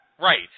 Right